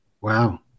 Wow